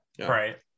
right